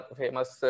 famous